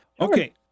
Okay